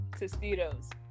Tostitos